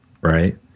Right